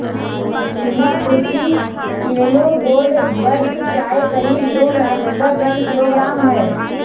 Singapore की yellow gold buds चाय करीब दो लाख रुपए प्रति किलोग्राम है